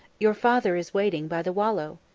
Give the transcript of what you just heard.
your father is waiting by the wallow.